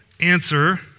answer